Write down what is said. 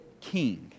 king